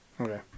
okay